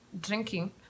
drinking